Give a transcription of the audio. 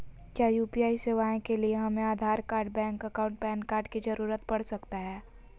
क्या यू.पी.आई सेवाएं के लिए हमें Aadhaar card bank account PAN card की जरूरत पड़ सकता है?